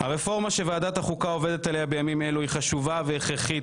הרפורמה שוועדת החוקה עובדת עליה בימים אלו היא חשובה והכרחית